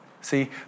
See